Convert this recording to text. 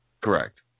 Correct